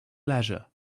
leisure